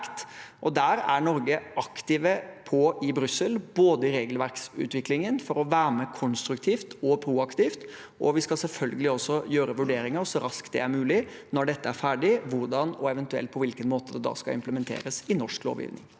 Der er Norge aktive og på i Brussel, bl.a. i regelverksutviklingen, for å være med konstruktivt og proaktivt. Vi skal selvfølgelig også gjøre vurderinger så raskt som mulig når dette er ferdig, om hvordan og eventuelt på hvilken måte det da skal implementeres i norsk lovgivning.